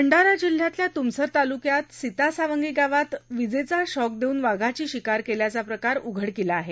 भंडारा जिल्ह्यातल्या तुमसर तालुक्यात सीतासांवगी गावात विजेचा शॉक देऊन वाघाची शिकार केल्याचा प्रकार उघडकीला आला आहे